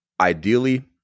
ideally